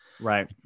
right